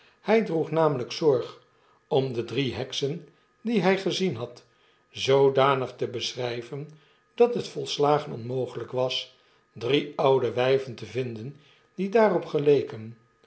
hy droeg namelijk zorg otn de drie heksen die hy gezien had zoodanig te beschryven dat het volslagen onmogelijk was drie oude wyven te vinden die daarop geleken